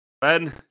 Ben